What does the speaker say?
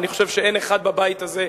אני חושב שאין אחד בבית הזה,